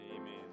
Amen